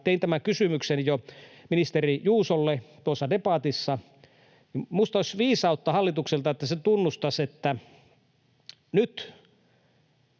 tein tämän kysymyksen ministeri Juusolle jo tuossa debatissa — minusta olisi viisautta hallitukselta, että se tunnustaisi, että nyt